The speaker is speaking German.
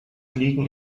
liegen